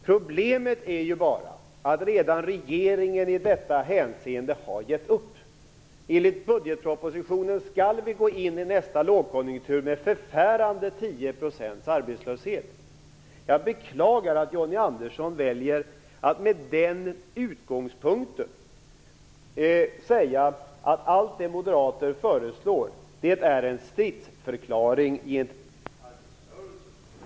Problemet är ju bara att regeringen redan har gett upp i detta hänseende. Enligt budgetpropositionen skall vi gå in i nästa lågkonjunktur med förfärande 10 % arbetslöshet. Jag beklagar att Johnny Ahlqvist väljer att med den utgångspunkten säga att allt det moderater föreslår är en stridsförklaring gentemot arbetarrörelsen. Det är inte det sätt med vilket de 10 % arbetslösa kan hjälpas.